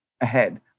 ahead